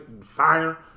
fire